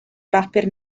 bapur